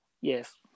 Yes